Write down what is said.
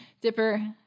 Dipper